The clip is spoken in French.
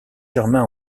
germain